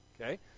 Okay